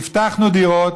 הבטחנו דירות.